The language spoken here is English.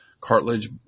cartilage